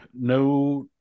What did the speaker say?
no